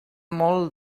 molt